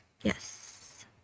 Yes